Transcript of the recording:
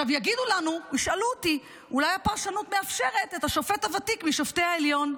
ישאלו אותי: אולי הפרשנות מאפשרת את השופט הוותיק משופטי העליון?